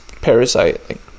Parasite